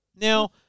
Now